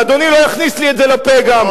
ואדוני לא יכניס לי את זה לפה גם.